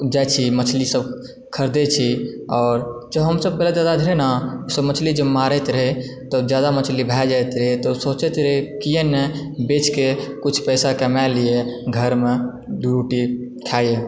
जाइ छी मछलीसभ खरीदैत छी आओर जँ हमसभ पहिले दादा जे रहय न सभ मछली जे मारैत रहै तऽ जादा मछली भै जाइत रहै तऽ सोचैत रहै किआ नहि बेचके कुछ पैसा कमे लियै घरमे दू रोटी खाइए